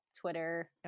Twitter